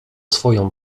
swoją